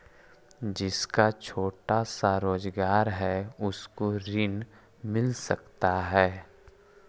जिसका छोटा सा रोजगार है उसको ऋण मिल सकता है?